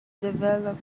development